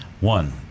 One